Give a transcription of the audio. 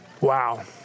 Wow